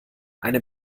eine